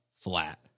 flat